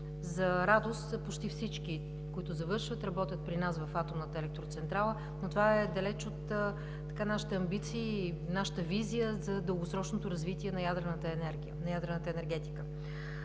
За радост почти всички, които завършват, работят при нас в Атомната електроцентрала, но това е далеч от нашите амбиции и нашата визия за дългосрочното развитие на ядрената енергетика.